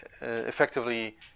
effectively